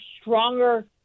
stronger